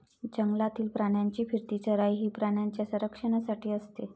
जंगलातील प्राण्यांची फिरती चराई ही प्राण्यांच्या संरक्षणासाठी असते